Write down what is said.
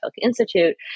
Institute